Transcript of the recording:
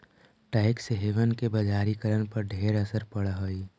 tax haven के बजारिकरण पर ढेर असर पड़ हई